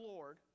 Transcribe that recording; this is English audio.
Lord